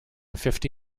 fifty